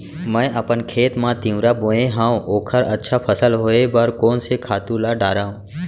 मैं अपन खेत मा तिंवरा बोये हव ओखर अच्छा फसल होये बर कोन से खातू ला डारव?